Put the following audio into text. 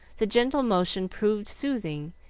the gentle motion proved soothing,